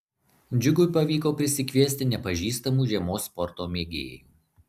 džiugui pavyko prisikviesti nepažįstamų žiemos sporto mėgėjų